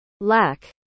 Lack